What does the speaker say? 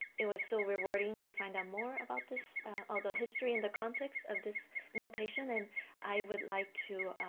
it was so rewarding to find out more about this all the history and the context of this notation and i would like to